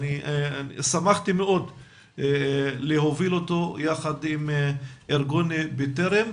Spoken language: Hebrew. שמחתי מאוד להוביל אותו יחד עם ארגון בטרם.